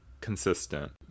consistent